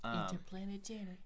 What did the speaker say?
Interplanetary